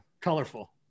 colorful